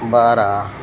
बारा